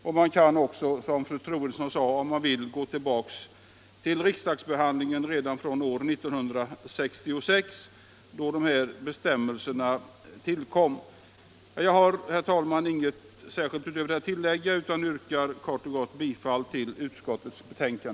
Om man vill kan man, som fru Troedsson sade, gå tillbaka till riksdagsbehandlingen år 1966, då dessa bestämmelser tillkom. Herr talman! Jag yrkar bifall till utskottets hemställan.